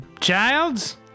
childs